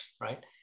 right